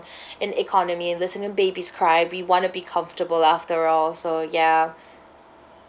in economy and listen to babies cry we want to be comfortable after all so ya